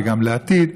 וגם לעתיד.